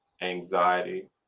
anxiety